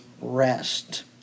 rest